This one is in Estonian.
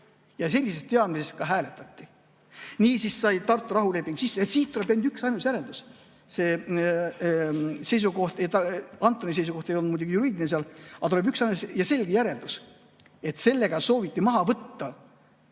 ja sellises teadmises ka hääletati. Niisiis sai Tartu rahuleping sisse ja siit tuleb üksainus järeldus. See Antoni seisukoht ei olnud muidugi juriidiline, aga tuleb teha üksainus selge järeldus: sellega sooviti maha võtta